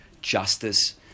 justice